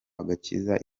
agakiza